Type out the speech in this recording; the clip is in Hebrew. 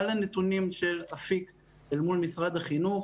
על הנתונים של אפיק אל מול משרד החינוך.